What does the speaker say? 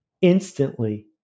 instantly